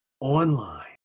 online